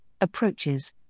approaches